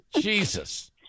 Jesus